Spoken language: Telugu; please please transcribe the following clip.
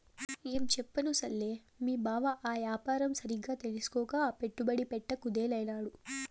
ఏంచెప్పను సెల్లే, మీ బావ ఆ యాపారం సరిగ్గా తెల్సుకోక పెట్టుబడి పెట్ట కుదేలైనాడు